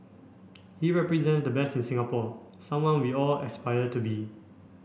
he represent the best in Singapore someone we all aspire to be